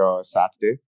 Saturday